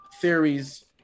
theories